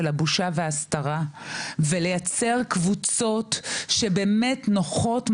הבושה וההסתרה ולייצר קבוצות שבאמת נוחות,